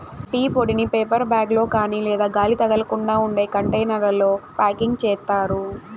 tea పొడిని paper bag లో కాని లేదా గాలి తగలకుండా ఉండే కంటైనర్లలో ప్యాకింగ్ చేత్తారు